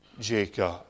Jacob